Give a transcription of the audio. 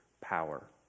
power